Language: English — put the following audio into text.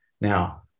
Now